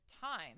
time